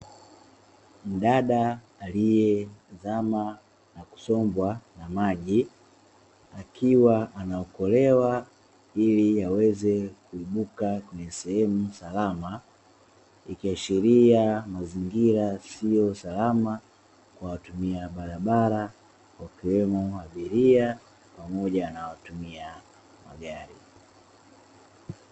Mdada aliyezama na kusombwa na maji akiwa anaokolewa ili aweze kuibuka kwenye sehemu salama, ikiashiria mazingira yasiyo salama kwa watumia barabara wakiwemo abiria pamoja na watumia magari.